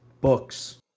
books